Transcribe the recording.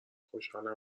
خوشحالم